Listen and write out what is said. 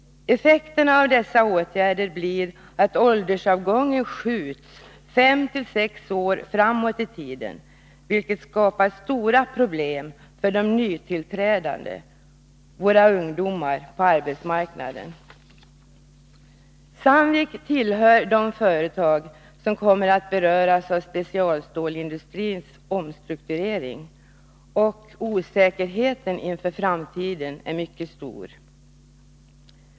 Effekterna av dessa åtgärder blir att åldersavgången skjuts fem sex år framåt i tiden, vilket skapar stora problem för de nytillträdande — våra ungdomar — på arbetsmarknaden. Sandvik tillhör de företag som kommer att beröras av specialstålsindustrins omstrukturering. Osäkerheten inför framtiden är mycket stor.